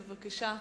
בבקשה.